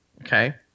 Okay